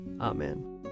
Amen